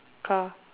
car